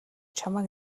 чамайг